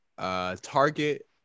Target